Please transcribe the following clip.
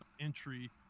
entry